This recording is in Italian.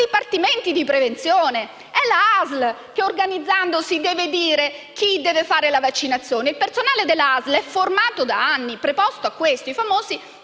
dipartimenti di prevenzione. È la ASL che, organizzandosi, deve dire chi deve fare la vaccinazione. Il personale della ASL è formato da anni ed è preposto a questo: si